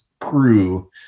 crew